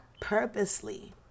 purposely